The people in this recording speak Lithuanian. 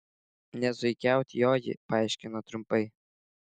ne zuikiaut joji paaiškino trumpai